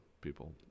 people